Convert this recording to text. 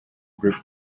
group